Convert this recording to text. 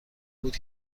بود